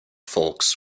folks